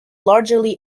largely